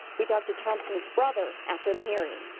we talked to thompson's brother after the hearing.